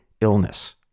illness